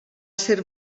ser